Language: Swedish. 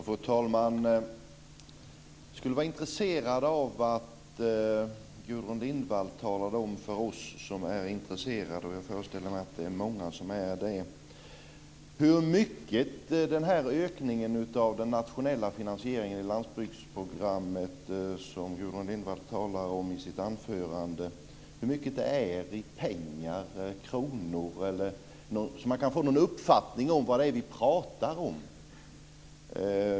Fru talman! För det första skulle jag vilja att Gudrun Lindvall talade om för oss som är intresserade - och jag föreställer mig att det är många som är det - hur mycket den ökning av den nationella finansieringen i landsbygdsprogrammet som Gudrun Lindvall talade om i sitt anförande motsvarar i kronor, så att vi kan få en uppfattning om vad det är vi pratar om.